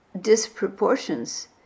Disproportions